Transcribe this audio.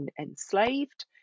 enslaved